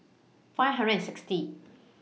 five hundred and sixty